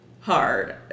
hard